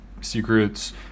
secrets